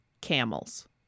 camels